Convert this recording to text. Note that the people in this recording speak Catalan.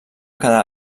quedar